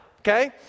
Okay